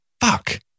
Fuck